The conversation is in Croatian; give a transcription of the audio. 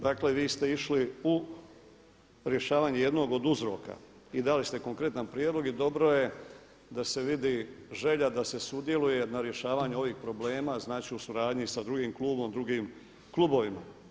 Dakle vi ste išli u rješavanje jednog od uzroka i dali ste konkretan prijedlog i dobro je da se vidi želja da se sudjeluje na rješavanju ovih problema u suradnji sa drugim klubom, drugim klubovima.